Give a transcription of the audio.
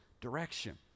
direction